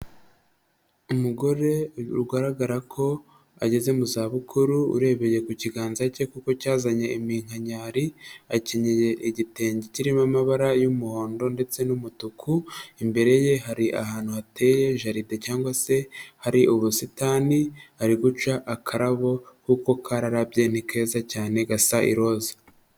Umugore bigaragara ko ageze mu zabukuru urebeye ku kiganza cye kuko cyazanye iminkanyari, akenyeye igitenge kirimo amabara y'umuhondo ndetse n'umutuku, imbere ye hari ahantu hateye jaride cyangwag se hari ubusitani, ari guca akarabo kuko kararabye, ni keza cyane gasa ieoza.